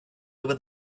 over